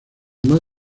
más